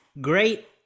Great